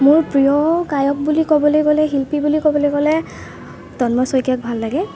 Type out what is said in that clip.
মোৰ প্ৰিয় গায়ক বুলি ক'বলৈ গ'লে শিল্পী বুলি ক'বলৈ গ'লে তন্ময় শইকীয়াক ভাল লাগে